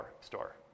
store